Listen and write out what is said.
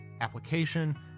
application